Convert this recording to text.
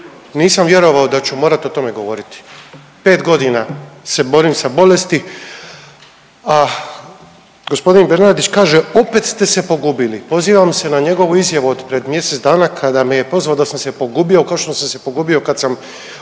Nisam vjerovao da ću morati o tome govoriti. Pet godina se borim sa bolesti, a gospodin Bernardić kaže opet ste se pogubili. Pozivam se na njegovu izjavu od pred mjesec dana kada me je prozvao da sam se pogubio kao što sam se pogubio kada sam